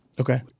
Okay